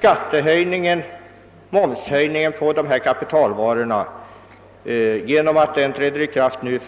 Den momshöjning på kapitalvaror som skall träda i kraft i